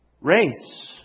Race